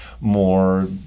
more